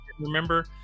remember